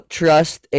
trust